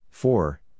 Four